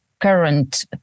current